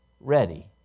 ready